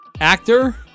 actor